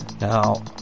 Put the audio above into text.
Now